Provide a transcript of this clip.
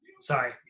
Sorry